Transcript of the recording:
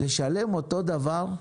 לשלם אותו דבר?